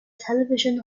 television